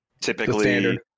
Typically